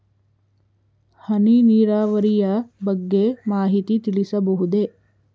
ಹನಿ ನೀರಾವರಿಯ ಬಗ್ಗೆ ಮಾಹಿತಿ ತಿಳಿಸಬಹುದೇ?